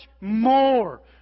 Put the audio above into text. more